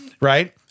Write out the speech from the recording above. Right